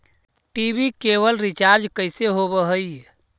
TV cable recharge कैसे होब हइ?